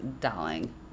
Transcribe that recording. Darling